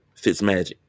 Fitzmagic